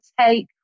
take